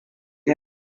ha